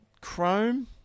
chrome